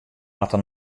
moatte